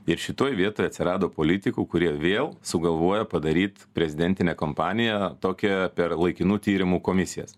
ir šitoj vietoj atsirado politikų kurie vėl sugalvojo padaryt prezidentinę kompaniją tokią per laikinų tyrimų komisijas